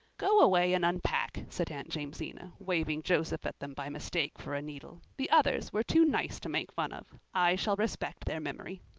go away and unpack, said aunt jamesina, waving joseph at them by mistake for a needle. the others were too nice to make fun of. i shall respect their memory.